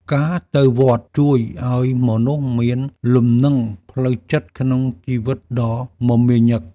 ការទៅវត្តជួយឱ្យមនុស្សមានលំនឹងផ្លូវចិត្ត ក្នុងជីវិតដ៏មមាញឹក។